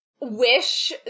wish